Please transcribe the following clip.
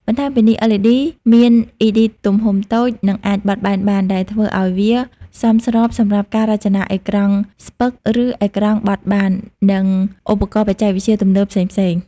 បន្ថែមពីនេះLED មានEDទំហំតូច និងអាចបត់បែនបាន ដែលធ្វើឲ្យវាសមស្របសម្រាប់ការរចនាអេក្រង់ស្ពឹក ឬអេក្រង់បត់បាន និងឧបករណ៍បច្ចេកវិទ្យាទំនើបផ្សេងៗ។